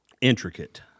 intricate